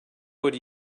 would